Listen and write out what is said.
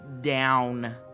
down